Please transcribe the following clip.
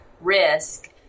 risk